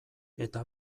eta